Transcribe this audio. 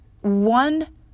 One